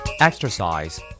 Exercise